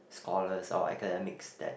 scholars or academics that